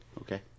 Okay